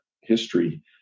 history